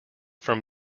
from